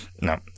No